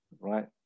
Right